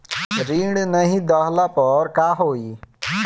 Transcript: ऋण नही दहला पर का होइ?